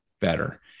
better